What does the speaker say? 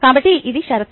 కాబట్టి ఇది షరతు